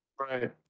right